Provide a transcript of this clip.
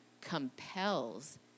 compels